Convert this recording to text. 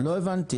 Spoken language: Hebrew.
לא הבנת.